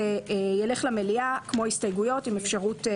זה יילך למליאה כמו הסתייגויות עם אפשרות של